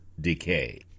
decay